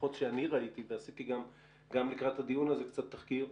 לפחות שאני ראיתי ועשיתי גם לקראת הדיון הזה קצת תחקיר,